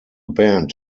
band